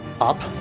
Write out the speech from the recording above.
up